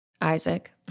Isaac